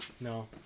No